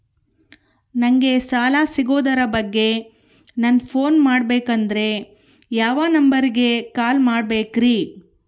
ನಂಗೆ ಸಾಲ ಸಿಗೋದರ ಬಗ್ಗೆ ನನ್ನ ಪೋನ್ ಮಾಡಬೇಕಂದರೆ ಯಾವ ನಂಬರಿಗೆ ಕಾಲ್ ಮಾಡಬೇಕ್ರಿ?